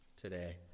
today